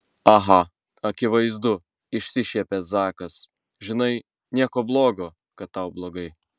aha akivaizdu išsišiepia zakas žinai nieko blogo kad tau blogai